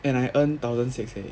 and I earn thousand six leh